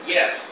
Yes